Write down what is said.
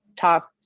talk